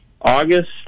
August